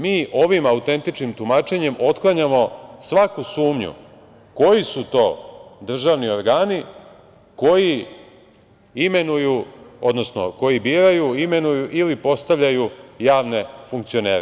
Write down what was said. Mi ovim autentičnim tumačenjem otklanjamo svaku sumnju koji su to državni organi koji imenuju, odnosno koji biraju, imenuju ili postavljaju javne funkcionere.